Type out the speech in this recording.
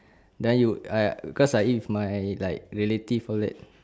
than you I because I eat with my like relative all that